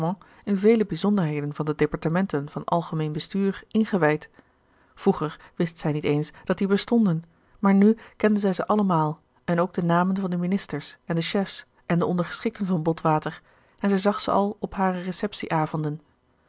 de tonnette bijzonderheden van de departementen van algemeen bestuur ingewijd vroeger wist zij niet eens dat die bestonden maar nu kende zij ze allemaal en ook de namen van de ministers en de chefs en de ondergeschikten van botwater en zij zag ze al op hare